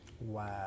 Wow